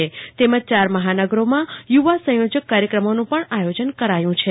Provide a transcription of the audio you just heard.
આ ઉપરાંત ચાર મહાનગરોમાં યુવા સંયોજક કાર્યક્રમોનું પણ આયોજન થયું છે